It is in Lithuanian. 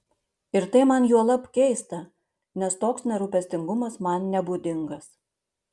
ir tai man juolab keista nes toks nerūpestingumas man nebūdingas